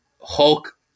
Hulk